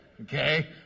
Okay